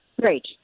great